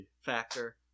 factor